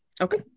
Okay